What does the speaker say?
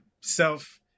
self